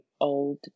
old